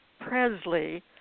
Presley